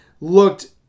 looked